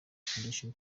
foundation